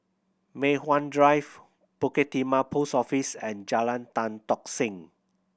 Mei Hwan Drive Bukit Timah Post Office and Jalan Tan Tock Seng